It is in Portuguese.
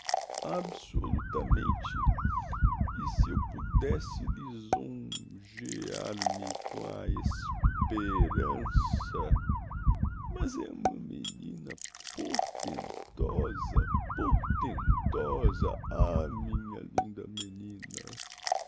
absolutamente e se eu pudesse lison jear me com a es pe rança mas é uma menina po rtentosa portentosa ah minha linda menina